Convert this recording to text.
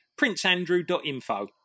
princeandrew.info